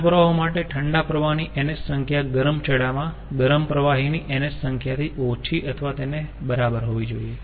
ઠંડા પ્રવાહો માટે ઠંડા પ્રવાહ ની NH સંખ્યા ગરમ છેડામાં ગરમ પ્રવાહીની NH સંખ્યાથી ઓછી અથવા તેને બરાબર હોવી જોઈએ